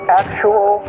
actual